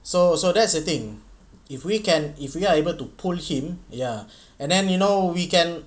so so that's the thing if we can if we are able to pull him ya and then you know we can